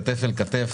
כתף אל כתף,